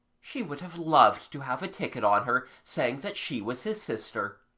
she would have loved to have a ticket on her saying that she was his sister.